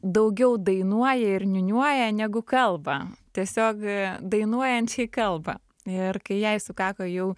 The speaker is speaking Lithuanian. daugiau dainuoja ir niūniuoja negu kalba tiesiog dainuojančiai kalba ir kai jai sukako jau